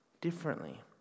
differently